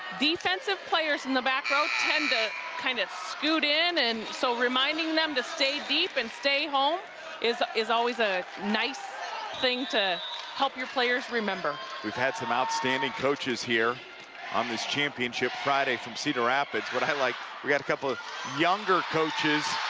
defensive players in the back row tend to kind of scoot in and so reminding them to stay deep and stay home is is always a nice thing to help your players remember. we've had some outstanding coaches here on this championship friday from cedar rapids but like we had a couple of younger coaches